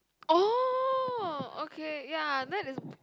oh okay ya that is